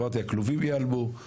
אמרתי הכלובים ייעלמו, ירדו.